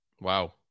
Wow